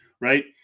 right